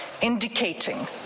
indicating